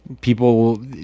people